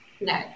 No